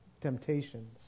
temptations